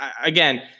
Again